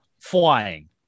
flying